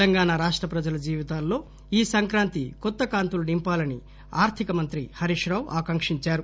తెలంగాణ రాష్ట ప్రజల జీవితాల్లో ఈ సంక్రాంతి కొత్త కాంతులు నింపాలని ఆర్థిక మంత్రి హరీష్ రావు ఆకాంకించారు